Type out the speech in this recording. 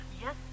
Yes